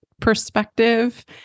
perspective